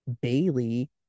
bailey